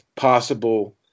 possible